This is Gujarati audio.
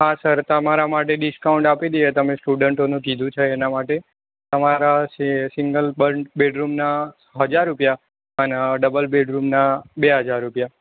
હા સર તમારા માટે ડીસ્કાઉન્ટ આપી દઈએ તમે સ્ટુડન્ટોનું કીધું છે એના માટે તમારા સી સીંગલ બેડરૂમના હજાર રૂપિયા અને ડબલ બેડરૂમના બે હજાર રૂપિયા